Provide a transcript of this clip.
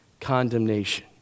condemnation